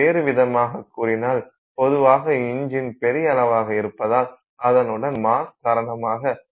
வேறுவிதமாகக் கூறினால் பொதுவாக இஞ்சின் பெரிய அளவாக இருப்பதால் அதனுடன் மாஸ் காரணமாக அதில் தெர்மல் மாஸ் இடம் பெற்றிருக்கும்